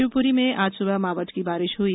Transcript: शिवपुरी में आज सुबह मावठ की बारिश हुई